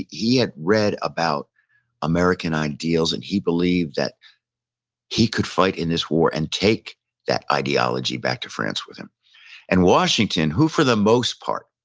he had read about american ideals, and he believed that he could fight in this war and take that ideology back to france with him and washington who, for the most part,